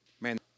Man